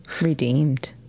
redeemed